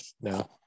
No